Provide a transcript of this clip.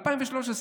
2013,